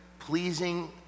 pleasing